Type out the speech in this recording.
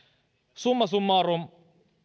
summa summarum